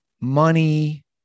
Money